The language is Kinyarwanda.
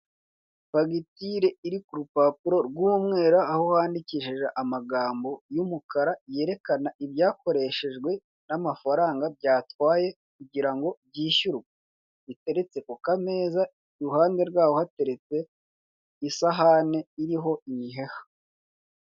Fagitire iri ku rupapuro rw'umweru aho handikishije amagambo y'umukara yerekana ibyakoreshejwe n'amafaranga kugira ngo byishyurwe biteretse ku kameza iruhande rwaho hateretse isahani iriho imiheha.